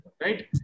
Right